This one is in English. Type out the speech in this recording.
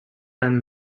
and